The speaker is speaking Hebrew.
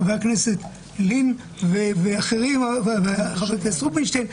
חבר הכנסת לין וחבר הכנסת רובינשטיין.